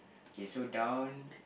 K so down